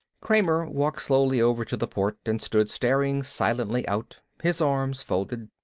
kramer walked slowly over to the port and stood staring silently out, his arms folded.